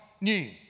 new